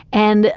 and